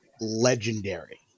legendary